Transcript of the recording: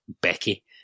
Becky